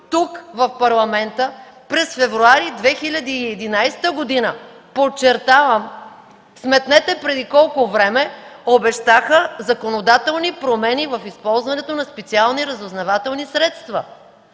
тук, в Парламента, през февруари 2011 г., подчертавам, сметнете преди колко време, обещаха законодателни промени в използването на специални разузнавателни средства